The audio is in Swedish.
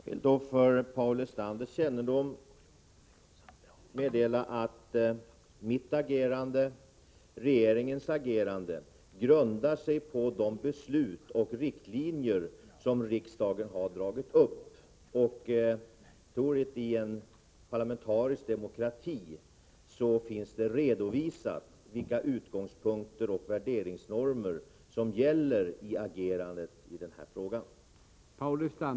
Herr talman! Jag vill för Paul Lestanders kännedom meddela att mitt agerande och regeringens agerande grundar sig på riksdagens beslut — och de riktlinjer som riksdagen har dragit upp. I en parlamentarisk demokrati finns det redovisat vilka utgångspunkter och värderingsnormer som gäller för agerandet i den här frågan.